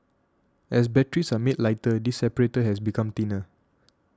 as batteries are made lighter this separator has become thinner